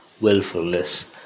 willfulness